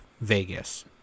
vegas